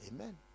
Amen